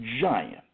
giant